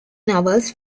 novels